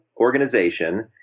organization